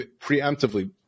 preemptively